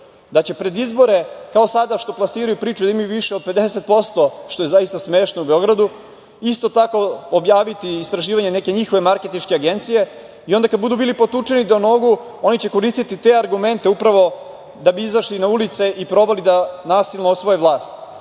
da će pred izbore, kao sada što plasiraju priču da imaju više od 50%, u Beogradu što je zaista smešno, isto tako objaviti istraživanje neke njihove marketinške agencije i onda kada budu bili potučeni do nogu oni će koristiti te argumente upravo da bi izašli na ulice i probali da nasilno osvoje vlast,